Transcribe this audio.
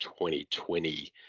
2020